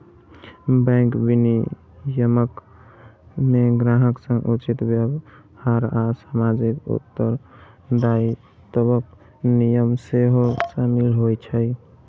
bank विनियमन मे ग्राहक सं उचित व्यवहार आ सामाजिक उत्तरदायित्वक नियम सेहो शामिल होइ छै